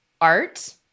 art